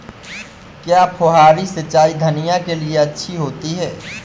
क्या फुहारी सिंचाई धनिया के लिए अच्छी होती है?